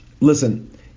listen